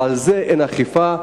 ועל זה אין אכיפה.